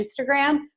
Instagram